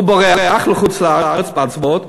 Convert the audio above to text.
הוא בורח לחוץ-לארץ בהצבעות,